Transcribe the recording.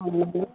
थांनानै